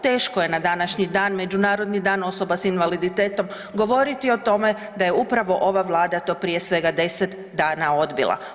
Teško je na današnji dan Međunarodni dan osoba s invaliditetom govoriti o tome da je upravo ova Vlada to prije svega 10 dana odbila.